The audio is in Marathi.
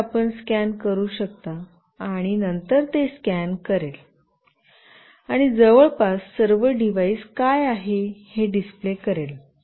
तर येथे आपण स्कॅन करू शकता आणि नंतर ते स्कॅन करेल आणि जवळपास सर्व डिव्हाइस काय आहे हे डिस्प्ले करेल